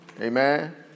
Amen